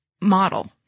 model